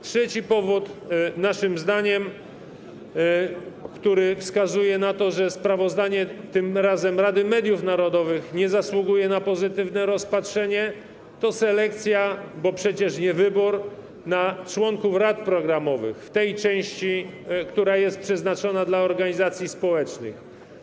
Trzecim, naszym zdaniem, powodem tego, że sprawozdanie tym razem Rady Mediów Narodowych nie zasługuje na pozytywne rozpatrzenie, jest selekcja - bo przecież nie wybór - członków rad programowych w tej części, która jest przewidziana dla organizacji społecznych.